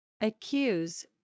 Accuse